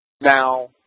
Now